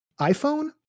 iPhone